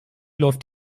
läuft